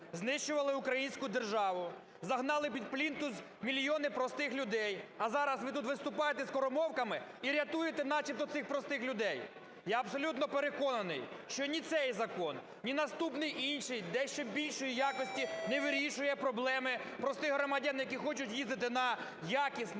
знищували українську державу, загнали під плінтус мільйони простих людей, а зараз ви тут виступаєте скоромовками і рятує начебто цих простих людей. Я абсолютно переконаний, що ні цей закон, ні наступний інший, дещо більшої якості, не вирішує проблеми простих громадян, які хочуть їздити на якісних